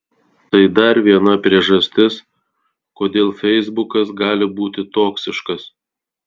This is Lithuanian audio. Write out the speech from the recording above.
tai dar viena priežastis kodėl feisbukas gali būti toksiškas